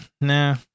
Nah